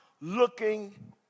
looking